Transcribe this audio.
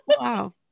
wow